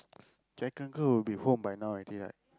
Jack Uncle will be home by now already right